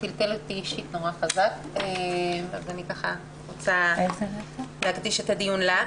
הוא טלטל אותי אישית נורא חזק אז אני רוצה להקדיש את הדיון לה.